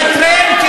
לנטרל מי שבא להרוג.